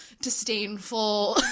disdainful